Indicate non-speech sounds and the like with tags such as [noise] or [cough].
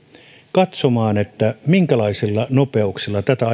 katsomaan minkälaisilla nopeuksilla tätä [unintelligible]